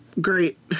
great